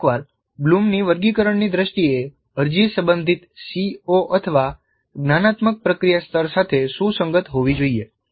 ફરી એકવાર બ્લૂમની વર્ગીકરણની દ્રષ્ટિએ અરજી સંબંધિત CO અથવા જ્ઞાનાત્મક પ્રક્રિયા સ્તર સાથે સુસંગત હોવી જોઈએ